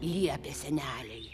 liepė senelei